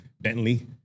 Bentley